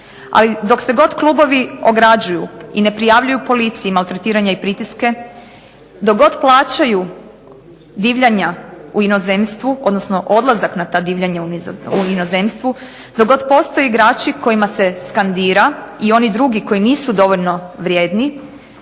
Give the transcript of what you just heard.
Ali, dok se god klubovi ograđuju i ne prijavljuju policiji maltretiranja i pritiske, dok god plaćaju divljanja u inozemstvu, odnosno odlazak na ta divljanja u inozemstvu, dok god postoje igrači kojima se skandira i oni drugi koji nisu dovoljno vrijedni,